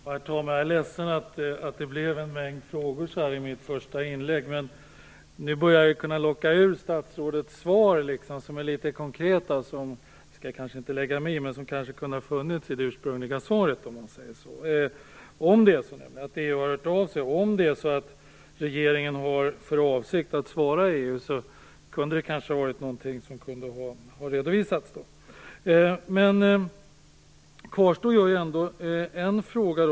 Herr talman! Jag är ledsen att det blev en mängd frågor i mitt första inlägg, men nu börjar jag kunna locka ur statsrådet litet konkreta svar. Jag skall inte lägga mig i, men de svaren hade kanske kunnat vara med i det ursprungliga svaret. Om EU har hört av sig och om regeringen har för avsikt att svara EU, så är det väl något som kanske kunde ha redovisats. En fråga kvarstår ändå.